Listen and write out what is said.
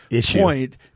point